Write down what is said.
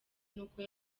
n’uko